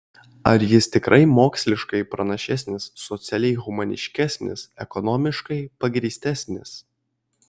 ar jis tikrai moksliškai pranašesnis socialiai humaniškesnis ekonomiškai pagrįstesnis